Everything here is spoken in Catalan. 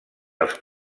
els